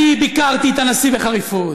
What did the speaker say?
אני ביקרתי את הנשיא בחריפות,